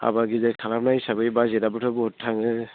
हाबा गिदिर खालामनाय हिसाबै बाजेटआबोथ' बहुद थाङो